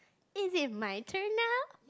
is it my turn now